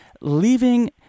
leaving